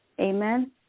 Amen